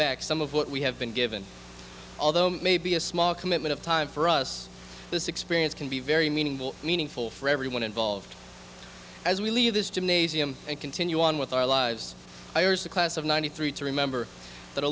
back some of what we have been given although maybe a small commitment of time for us this experience can be very meaningful meaningful for everyone involved as we leave this gymnasium and continue on with our lives i urge the class of ninety three to remember that a